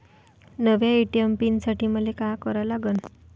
नव्या ATM pin साठी मले का करा लागन?